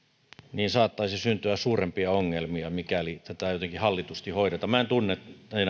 niin saattaisi syntyä suurempia ongelmia mikäli tätä ei jotenkin hallitusti hoideta minä en tunne